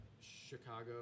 Chicago